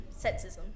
Sexism